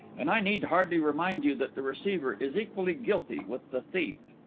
and i need hardly remind you that the receiver is equally guilty with the thief.